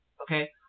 okay